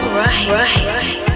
right